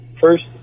first